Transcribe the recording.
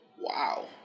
wow